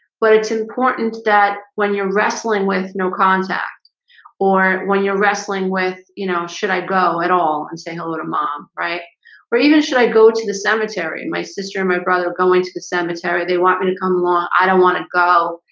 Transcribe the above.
but it's important that when you're wrestling with no contact or when you're wrestling with you know, should i go at all and say hello to mom? right or even should i go to the cemetery my sister and my brother go into the cemetery they want me to come along. i don't want to go,